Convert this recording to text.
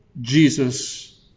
Jesus